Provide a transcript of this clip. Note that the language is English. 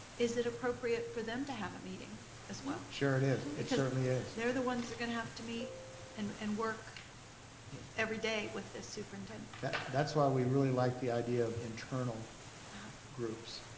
is it appropriate for them to have a meeting as well? sure it is, it certainly is. they're the ones who are gonna have to meet and and work yeah every day with this superintendent. that's why we really like the idea of internal groups,